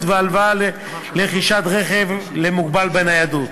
והלוואה לרכישת רכב למוגבל בניידות.